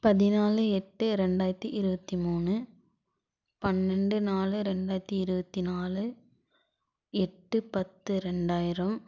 பதினாலு எட்டு ரெண்டாயிரத்தி இருபத்தி மூணு பன்னெண்டு நாலு ரெண்டாயிரத்தி இருபத்தி நாலு எட்டு பத்து ரெண்டாயிரம்